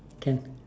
can